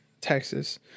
Texas